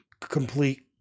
complete